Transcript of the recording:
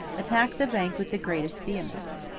attack the bank with the greatest vehemence.